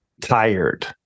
tired